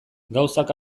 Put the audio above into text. gauzak